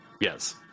Yes